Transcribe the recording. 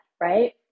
right